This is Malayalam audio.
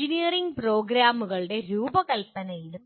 എഞ്ചിനീയറിംഗ് പ്രോഗ്രാമുകളുടെ രൂപകൽപ്പനയിലും